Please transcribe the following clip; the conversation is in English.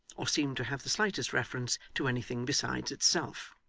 or seemed to have the slightest reference to anything besides itself.